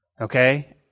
Okay